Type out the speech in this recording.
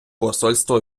посольство